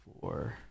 four